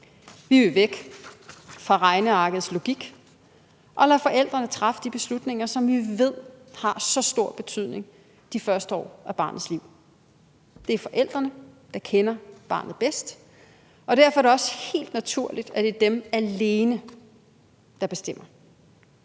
Vi vil væk fra regnearkets logik og lade forældrene træffe de beslutninger, som vi ved har så stor betydning, i de første år af barnets liv. Det er forældrene, der kender barnet bedst, og derfor er det også helt naturligt, at det er dem alene, der bestemmer.